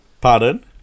Pardon